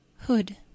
Hood